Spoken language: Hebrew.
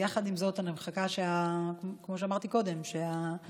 יחד עם זאת, כמו שאמרתי קודם, אני